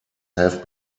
have